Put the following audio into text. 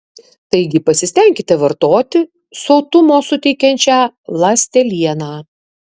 taigi pasistenkite vartoti sotumo suteikiančią ląstelieną